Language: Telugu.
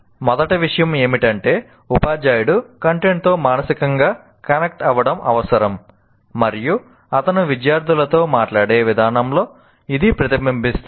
మొదటి విషయం ఏమిటంటే ఉపాధ్యాయుడు కంటెంట్తో మానసికంగా కనెక్ట్ అవ్వడం అవసరం మరియు అతను విద్యార్థులతో మాట్లాడే విధానంలో ఇది ప్రతిబింబిస్తుంది